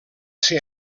ser